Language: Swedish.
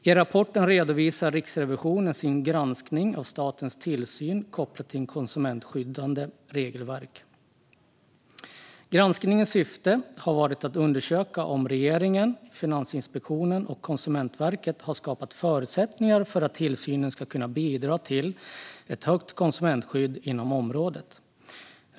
I rapporten redovisar Riksrevisionen sin granskning av statens tillsyn kopplat till konsumentskyddande regelverk. Granskningens syfte har varit att undersöka om regeringen, Finansinspektionen och Konsumentverket har skapat förutsättningar för att tillsynen ska kunna bidra till ett högt konsumentskydd inom området.